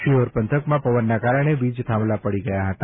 શિહોર પંથકમાં પવનના કારણે વીજ થાંભલાઓ પડી ગયા હતા